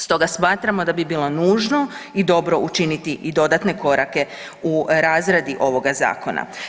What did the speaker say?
Stoga smatramo da bi bilo nužno i dobro učiniti i dodatne korake u razradi ovoga zakona.